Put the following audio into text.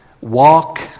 Walk